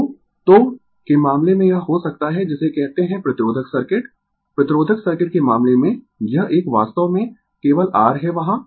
तो तो के मामले में यह हो सकता है जिसे कहते है प्रतिरोधक सर्किट प्रतिरोधक सर्किट के मामले में यह एक वास्तव में केवल R है वहां